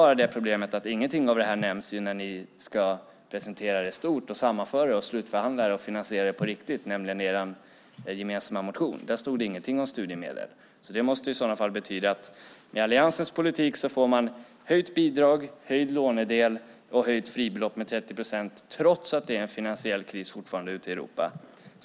Problemet är bara att ingenting av det här nämns när ni ska presentera det i stort, sammanföra det, slutförhandla det och finansiera det på riktigt, nämligen i er gemensamma motion. Där stod det ingenting om studiemedel. Det måste betyda att med Alliansens politik får man höjt bidrag, höjd lånedel och höjt fribelopp med 30 procent, trots att det är en finansiell kris fortfarande ute i Europa.